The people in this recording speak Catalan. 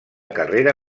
carrera